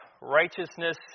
Righteousness